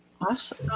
Awesome